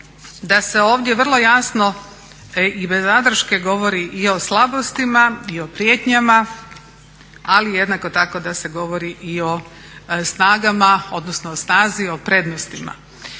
da se ovdje vrlo jasno i bez zadrške govori i o slabostima i o prijetnjama, ali jednako tako da se govori i o snagama, odnosno o snazi, o prednostima.